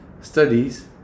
studies